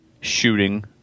shooting